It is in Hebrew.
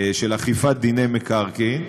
לאכיפת דיני מקרקעין.